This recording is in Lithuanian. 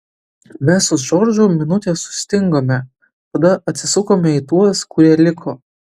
mes su džordžu minutę sustingome tada atsisukome į tuos kurie liko